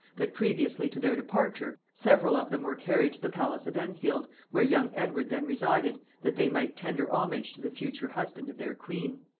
that previously to their departure, several of them were carried to the palace of enfield, where young edward then resided, that they might tender homage to the future husband of their queen.